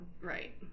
Right